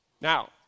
Now